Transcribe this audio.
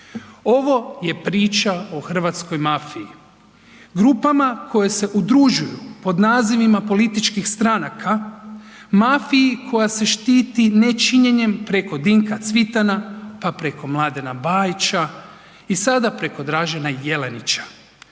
Ovo je priča o hrvatskoj mafiji. Grupama koje se udružuju pod nazivima političkih stranaka, mafiji koja se štiti nečinjenjem preko Dinka Cvitana, pa preko Mladena Bajića i preko sada preko Dražena Jelenića.